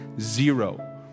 Zero